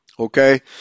Okay